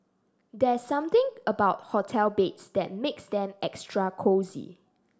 there's something about hotel beds that makes them extra cosy